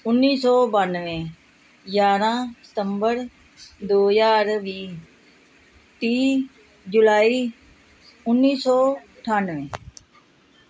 ਉੱਨੀ ਸੌ ਬਾਨਵੇਂ ਗਿਆਰਾਂ ਸਤੰਬਰ ਦੋ ਹਜ਼ਾਰ ਵੀਹ ਤੀਹ ਜੁਲਾਈ ਉੱਨੀ ਸੌ ਅਠਾਨਵੇਂ